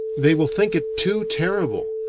they will think it too terrible,